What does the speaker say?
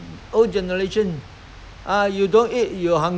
usually during the school holidays they bring their